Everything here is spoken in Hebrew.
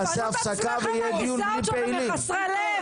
תפנו את עצמכם מהכיסאות שלכם חסרי לב,